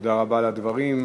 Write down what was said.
תודה רבה על הדברים.